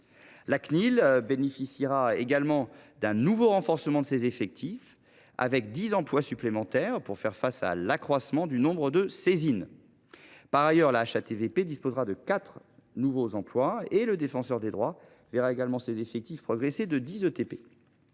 (Cnil) bénéficiera également d’un nouveau renforcement de ses effectifs – 10 emplois supplémentaires – pour faire face à l’accroissement du nombre de saisines. Par ailleurs, la HATVP disposera de 4 nouveaux emplois et le Défenseur des droits verra également ses effectifs progresser de 10 ETP.